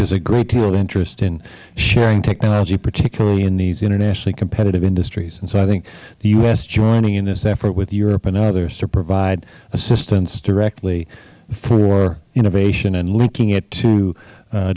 is a great deal of interest in sharing technology particularly in these internationally competitive industries and so i think the u s joining in this effort with europe and others to provide assistance directly for innovation and linking it to